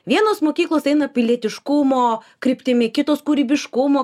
vienos mokyklos eina pilietiškumo kryptimi kitos kūrybiškumo